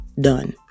done